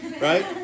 right